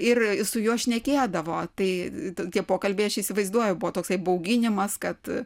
ir su juo šnekėdavo tai tie pokalbiai aš įsivaizduoju buvo toksai bauginimas kad